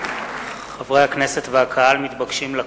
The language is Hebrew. חברי הכנסת והקהל מתבקשים לקום.